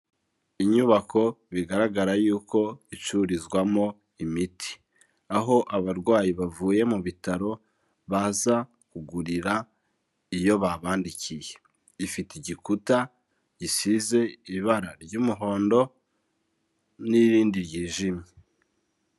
Inyubako bigaragara yuko icurizwamo imiti, aho abarwayi bavuye mu bitaro baza kugurira iyo babandikiye, ifite igikuta gisize ibara ry'umuhondo n'irindi ry'ijimye.